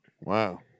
Wow